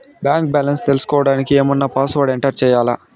Bank balance తెలుసుకోవడానికి ఏమన్నా password enter చేయాలా?